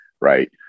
right